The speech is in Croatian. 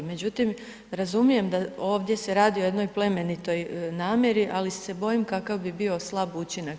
Međutim razumijem da ovdje se radi o jednoj plemenitoj namjeri ali se bojim kakav bi bio slab učinak.